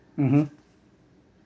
mmhmm